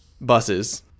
buses